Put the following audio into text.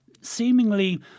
seemingly